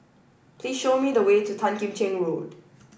please show me the way to Tan Kim Cheng Road